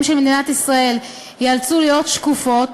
של מדינת ישראל ייאלצו להיות שקופות,